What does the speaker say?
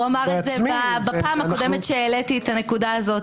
הוא אמר את זה בפעם הקודמת שהעליתי את הנקודה הזאת.